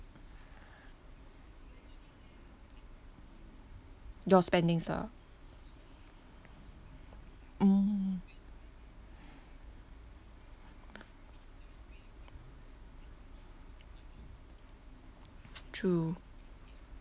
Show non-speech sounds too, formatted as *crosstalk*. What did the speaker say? your spendings ah *noise* mm *noise* true